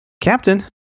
captain